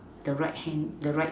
the right hand the right